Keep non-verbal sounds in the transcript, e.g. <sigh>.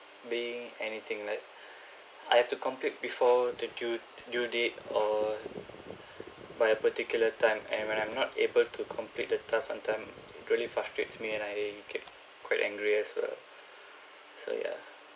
being anything like <breath> I have to complete before the due due date or <breath> by a particular time and when I'm not able to complete the task on time really frustrates me and I keep quite angry as well <breath> so yeah